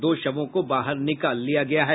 दो शवों को बाहर निकाल लिया गया है